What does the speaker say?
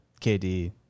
KD